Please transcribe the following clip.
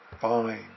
fine